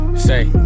Say